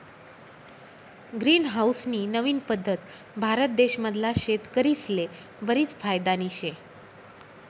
green house नी नवीन पद्धत भारत देश मधला शेतकरीस्ले बरीच फायदानी शे